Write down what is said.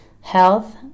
health